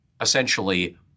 essentially